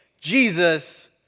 Jesus